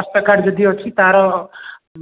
ସ୍ୱାସ୍ଥ୍ୟ କାର୍ଡ଼୍ ଯଦି ଅଛି ତା'ର